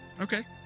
Okay